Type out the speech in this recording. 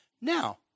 Now